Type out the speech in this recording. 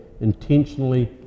intentionally